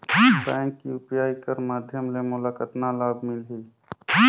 Bank UPI कर माध्यम ले मोला कतना लाभ मिली?